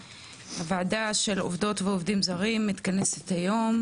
הוועדה של עובדות ועובדים זרים מתכנסת היום